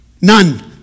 None